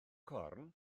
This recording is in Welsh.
corn